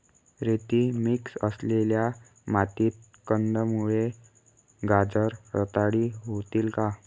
रेती मिक्स असलेल्या मातीत कंदमुळे, गाजर रताळी होतील का?